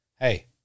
hey